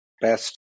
best